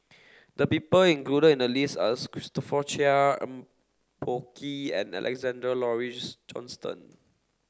the people included in the list are Christopher Chia Eng Boh Kee and Alexander Laurie Johnston